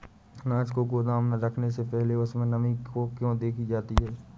अनाज को गोदाम में रखने से पहले उसमें नमी को क्यो देखी जाती है?